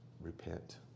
repent